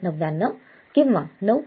99 किंवा 9